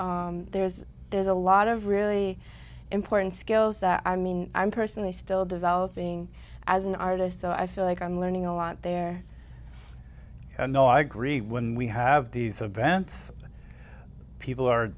t there's there's a lot of really important skills that i mean i'm personally still developing as an artist so i feel like i'm learning a lot there and no i agree when we have these events and people are